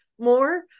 more